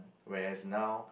whereas now